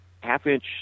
half-inch